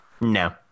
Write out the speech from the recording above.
No